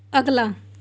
ਅਗਲਾ